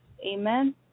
Amen